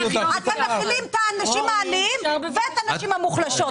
אתם מכילים את האנשים העניים ואת הנשים המוחלשות.